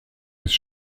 ist